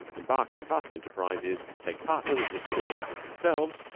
embark in vast enterprises, take partners as experienced as themselves,